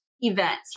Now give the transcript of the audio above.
Events